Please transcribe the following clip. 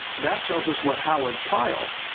that tells us what howard pyle,